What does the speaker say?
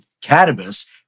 cannabis